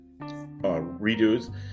redos